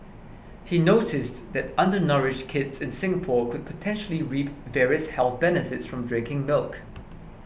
he noticed that undernourished kids in Singapore could potentially reap various health benefits from drinking milk